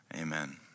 amen